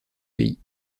pays